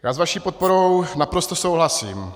Já s vaší podporou naprosto souhlasím.